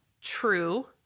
true